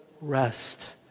rest